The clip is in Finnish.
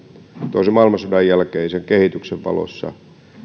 toisen maailmansodan jälkeisen kehityksen valossa